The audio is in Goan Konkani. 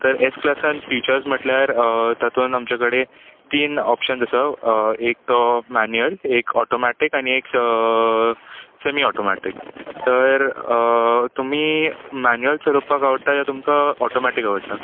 तर एस क्लासान फिचर्ज म्हणल्यार तातून आमचे कडेन तीन ऑपशन्स आसा एक तो मॅन्युअल एक ऑटोमॅटीक आनी एक सॅमी ऑटोमॅटीक तर तुमी मॅन्युअल चलोवपाक आवडटा वा तुमकां ऑटोमॅटीक आवडटा